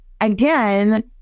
again